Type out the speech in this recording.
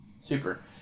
Super